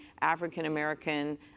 African-American